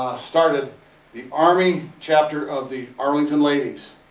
started the army chapter of the arlington ladies.